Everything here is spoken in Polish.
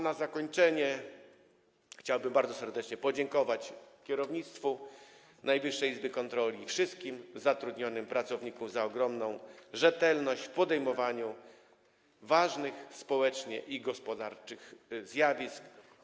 Na zakończenie chciałbym bardzo serdecznie podziękować kierownictwu Najwyższej Izby Kontroli i wszystkim zatrudnionym pracownikom za ogromną rzetelność w podejmowaniu ważnych społecznie i gospodarczo zjawisk.